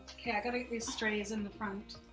okay, i gotta get these strays in the front.